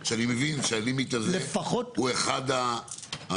אני מבין שההגבלה הזאת היא אחת הסוגיות.